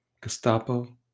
Gestapo